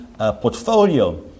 portfolio